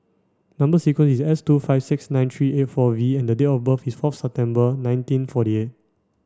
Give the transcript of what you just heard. number sequence is S two five six nine three eight four V and date of birth is fourth September nineteen forty eight